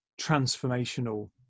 transformational